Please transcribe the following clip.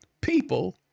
people